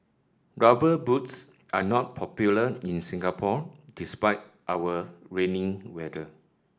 rubber boots are not popular in Singapore despite our rainy weather